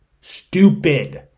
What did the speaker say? stupid